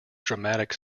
dramatic